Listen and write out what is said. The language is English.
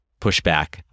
pushback